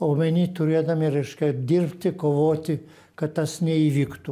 omeny turėdami reiškia dirbti kovoti kad tas neįvyktų